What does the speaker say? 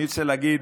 אני רוצה להגיד